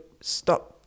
stop